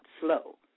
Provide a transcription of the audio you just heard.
slow